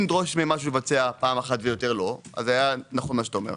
אם נדרוש פעם אחת ויותר לא היה נכון מה שאתה אומר.